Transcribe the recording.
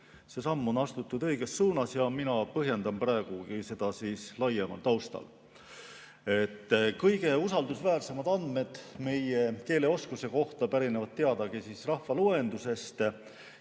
See samm on astutud õiges suunas ja mina põhjendan praegu seda laiemal taustal. Kõige usaldusväärsemad andmed meie keeleoskuse kohta pärinevad teadagi rahvaloendusest.